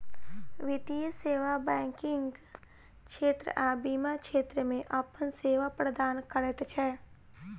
वित्तीय सेवा बैंकिग क्षेत्र आ बीमा क्षेत्र मे अपन सेवा प्रदान करैत छै